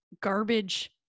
garbage